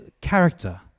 character